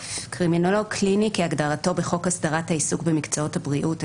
(א)קרימינולוג קליני כהגדרתו בחוק הסדרת העיסוק במקצועות הבריאות,